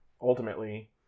ultimately